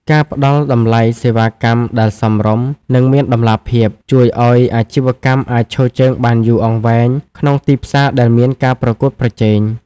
ការផ្ដល់តម្លៃសេវាកម្មដែលសមរម្យ និងមានតម្លាភាព ជួយឱ្យអាជីវកម្មអាចឈរជើងបានយូរអង្វែងក្នុងទីផ្សារដែលមានការប្រកួតប្រជែង។